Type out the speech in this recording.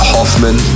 Hoffman